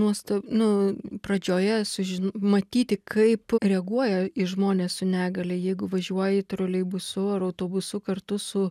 nuostab nu pradžioje sužin matyti kaip reaguoja į žmones su negalia jeigu važiuoji troleibusu ar autobusu kartu su